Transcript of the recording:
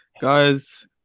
guys